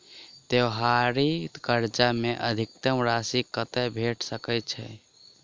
त्योहारी कर्जा मे अधिकतम राशि कत्ते भेट सकय छई?